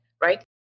right